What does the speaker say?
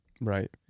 right